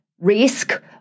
risk